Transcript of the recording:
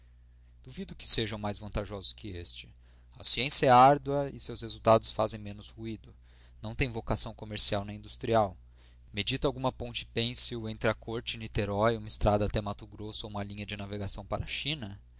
duvido que sejam mais vantajosos do que este a ciência é árdua e seus resultados fazem menos ruído não tem vocação comercial nem industrial medita alguma ponte pênsil entre a corte e niterói uma estrada até mato grosso ou uma linha de navegação para a china